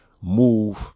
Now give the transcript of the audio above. move